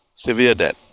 severe debt.